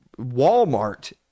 Walmart